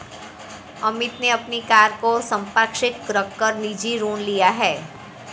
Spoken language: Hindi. अमित ने अपनी कार को संपार्श्विक रख कर निजी ऋण लिया है